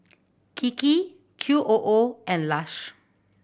Kiki Q O O and Lush